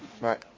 Right